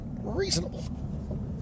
reasonable